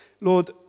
Lord